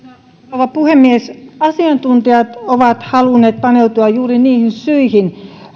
rouva puhemies asiantuntijat ovat halunneet paneutua juuri niihin syihin